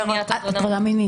להטרדה מינית,